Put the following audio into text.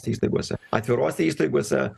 įstaigose atvirose įstaigose